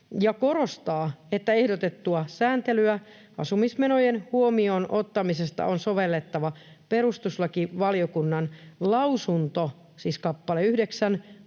korostaa, että ehdotettua sääntelyä asumismenojen huomioon ottamisesta on sovellettava perustuslakivaliokunnan lausunto — siis kappale 9